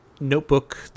notebook